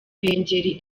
ruhengeri